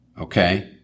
Okay